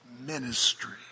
ministry